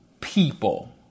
people